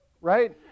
right